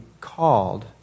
called